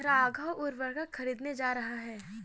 राघव उर्वरक खरीदने जा रहा है